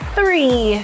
Three